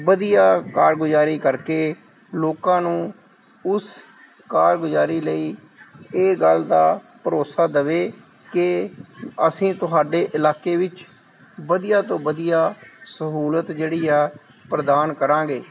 ਵਧੀਆ ਕਾਰਗੁਜ਼ਾਰੀ ਕਰਕੇ ਲੋਕਾਂ ਨੂੰ ਉਸ ਕਾਰਗੁਜ਼ਾਰੀ ਲਈ ਇਹ ਗੱਲ ਦਾ ਭਰੋਸਾ ਦੇਵੇ ਕਿ ਅਸੀਂ ਤੁਹਾਡੇ ਇਲਾਕੇ ਵਿੱਚ ਵਧੀਆ ਤੋਂ ਵਧੀਆ ਸਹੂਲਤ ਜਿਹੜੀ ਆ ਪ੍ਰਦਾਨ ਕਰਾਂਗੇ